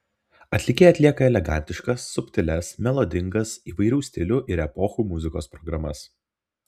atlikėjai atlieka elegantiškas subtilias melodingas įvairių stilių ir epochų muzikos programas